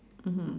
mmhmm